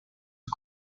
fut